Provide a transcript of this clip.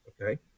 Okay